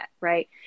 right